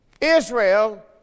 Israel